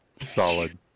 Solid